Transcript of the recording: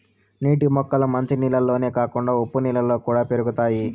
నీటి మొక్కలు మంచి నీళ్ళల్లోనే కాకుండా ఉప్పు నీళ్ళలో కూడా పెరుగుతాయి